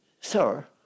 sir